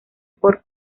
por